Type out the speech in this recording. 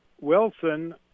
Wilson